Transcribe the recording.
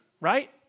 right